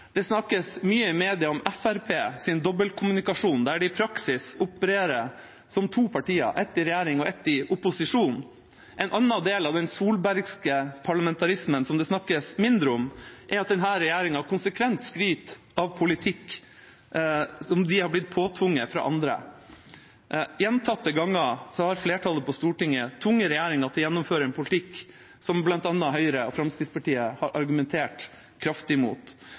Det snakkes mye i media om Fremskrittspartiets dobbeltkommunikasjon, der de i praksis opererer som to partier: ett i regjering og ett i opposisjon. En annen del av den solbergske parlamentarismen som det snakkes mindre om, er at denne regjeringa konsekvent skryter av politikk som de har blitt påtvunget av andre. Gjentatte ganger har flertallet på Stortinget tvunget regjeringa til å gjennomføre en politikk som bl.a. Høyre og Fremskrittspartiet har argumentert kraftig